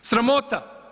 Sramota.